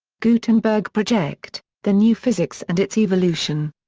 gutenberg project the new physics and its evolution.